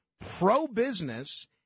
pro-business